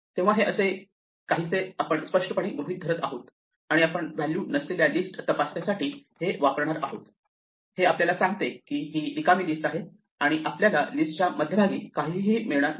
तेव्हा हे असे काहीसे आपण स्पष्टपणे गृहीत धरत आहोत आणि आपण व्हॅल्यू नसलेल्या लिस्ट तपासण्यासाठी हे वापरणार आहोत हे आपल्याला सांगते की ही रिकामी लिस्ट आहे आणि आपल्याला लिस्टच्या मध्यभागी काहीही मिळणार नाही